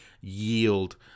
yield